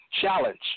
challenge